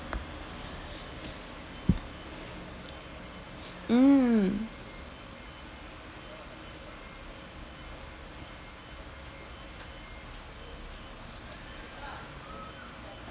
mm